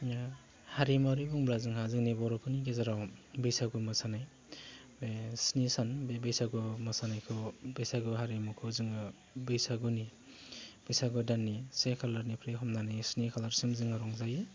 हारिमुवारि बुंब्ला जोंहा जोंनि बर'फोरनि गेजेराव बैसागु मोसानाय बे स्नि सान बे बैसागुआव मोसानायखौ बैसागु हारिमुखौ जोङो बैसागुनि बैसागु दाननि से खालारनिफ्राय हमनानै स्नि खालारसिम जोङो रंजायो